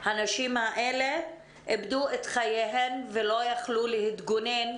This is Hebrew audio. הנשים האלה איבדו את חייהן ולא יכלו להתגונן.